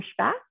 pushback